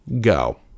go